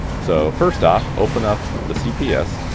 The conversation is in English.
so first off open up the cps.